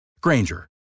Granger